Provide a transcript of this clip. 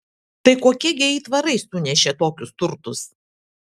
tai kokie gi aitvarai sunešė tokius turtus